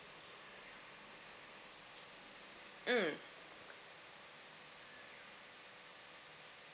mm